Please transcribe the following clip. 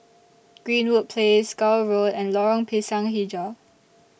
Greenwood Place Gul Road and Lorong Pisang Hijau